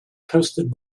toasted